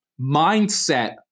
mindset